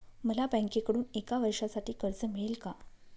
मला बँकेकडून एका वर्षासाठी कर्ज मिळेल का?